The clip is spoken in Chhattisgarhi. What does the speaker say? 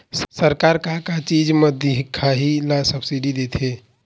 सरकार का का चीज म दिखाही ला सब्सिडी देथे?